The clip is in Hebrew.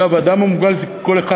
אגב, האדם המוגבל זה כל אחד.